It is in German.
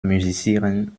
musizieren